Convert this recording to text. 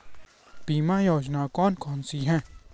बीमा योजना कौन कौनसी हैं?